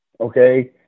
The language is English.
Okay